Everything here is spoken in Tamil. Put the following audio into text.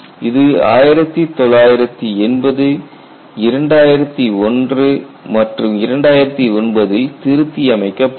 இது 1980 2001 மற்றும் 2009 ல் திருத்தி அமைக்கப்பட்டது